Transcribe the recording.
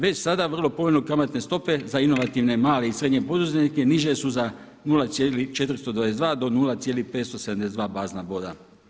Već sada vrlo povoljno kamatne stope za inovativne male i srednje poduzetnike niže su za 0,422 do 0,572 bazna boda.